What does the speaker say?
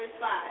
five